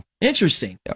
Interesting